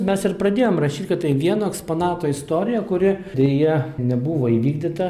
mes ir pradėjom rašyt kad tai vieno eksponato istorija kuri deja nebuvo įvykdyta